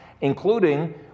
including